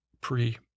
pre-